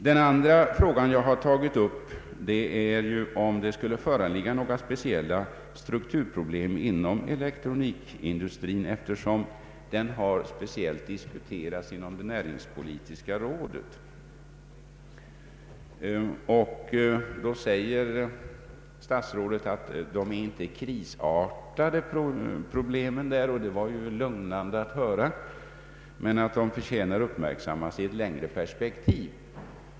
Den andra frågan jag tagit upp gäller om det skulle föreligga några speciella strukturproblem inom elektronikindustrin, eftersom den speciellt diskuterats inom det näringspolitiska rådet. Statsrådet säger att problemen där inte är krisartade, och det var lugnande att höra, men att de förtjänar uppmärksammas i ett längre perspektiv.